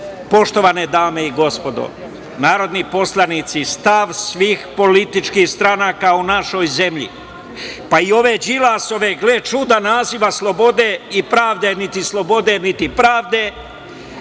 Srbiji. Poštovane dame i gospodo narodni poslanici, stav svih političkih stranaka u našoj zemlji, pa i ove Đilasove, gle čuda, naziva – slobode i pravde, niti slobode, niti pravde,